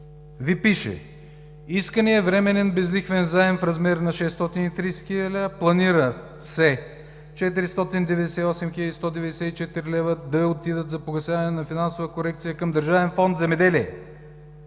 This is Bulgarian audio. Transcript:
Ви пише: „Исканият временен безлихвен заем в размер на 630 хил. лв. – планират се 498 194 хил. лв. да отидат за погасяване на финансова корекция към Държавен фонд „Земеделие“